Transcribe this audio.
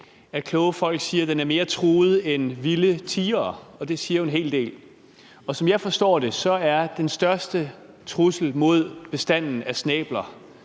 at kloge folk siger, den er mere truet end vilde tigre, og det siger jo en hel del. Og som jeg forstår det, er den største trussel mod bestanden af snæbler